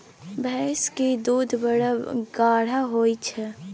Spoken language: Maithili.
भैंस केर दूध बड़ गाढ़ होइ छै